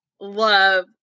love